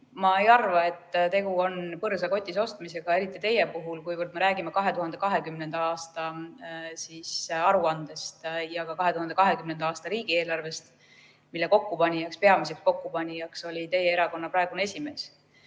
Ma ei arva, et tegu on põrsa kotis ostmisega, eriti teie puhul, kuivõrd me räägime 2020. aasta aruandest ja ka 2020. aasta riigieelarvest, mille peamiseks kokkupanijaks oli teie erakonna praegune esimees.